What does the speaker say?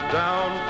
down